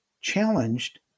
challenged